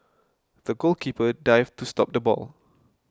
the goalkeeper dived to stop the ball